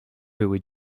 były